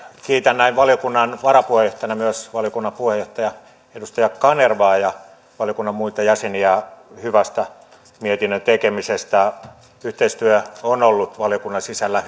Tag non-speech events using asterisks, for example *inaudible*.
kiitän näin valiokunnan varapuheenjohtajana myös valiokunnan puheenjohtaja edustaja kanervaa ja valiokunnan muita jäseniä hyvästä mietinnön tekemisestä yhteistyö on ollut valiokunnan sisällä *unintelligible*